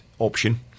Option